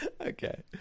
Okay